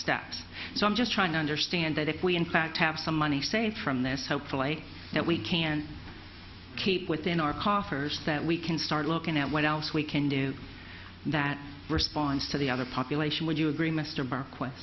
steps so i'm just trying to understand that if we in fact have some money saved from this hopefully that we can keep within our coffers that we can start looking at what else we can do that responds to the other population would you agree mr b